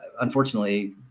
unfortunately